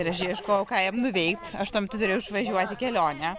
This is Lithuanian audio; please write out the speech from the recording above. ir aš ieškojau ką jom nuveikt aš tuo metu turėjau išvažiuot į kelionę